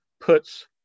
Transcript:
puts